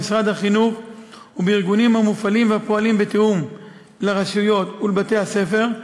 במשרד החינוך ובארגונים המופעלים והפועלים בתיאום עם הרשויות ובתי-הספר,